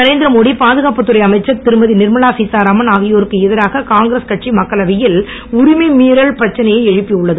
நரேந்திர மோடி பாதுகாப்புத்துறை அமைச்சர் திருமதி நிர்மலா சீத்தாராமன் ஆகியோருக்கு எதிராக காங்கிரஸ் கட்சி மக்களவையில் உரிமை மீறல் பிரச்சனையை எழுப்பி உள்ளது